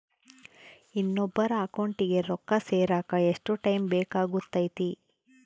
ಇನ್ನೊಬ್ಬರ ಅಕೌಂಟಿಗೆ ರೊಕ್ಕ ಸೇರಕ ಎಷ್ಟು ಟೈಮ್ ಬೇಕಾಗುತೈತಿ?